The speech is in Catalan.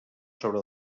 sobre